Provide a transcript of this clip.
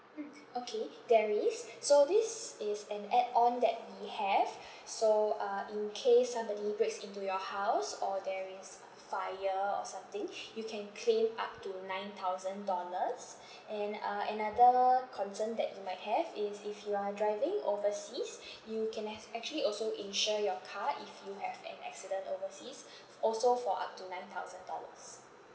mm okay there is so this is an add-on that we have so uh in case somebody breaks into your house or there is uh fire or something you can claim up to nine thousand dollars and uh another concern that you might have is if you are driving overseas you can les~ actually also insure your car if you have an accident overseas f~ also for up to nine thousand dollars